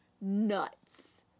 nuts